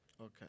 Okay